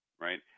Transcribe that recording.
Right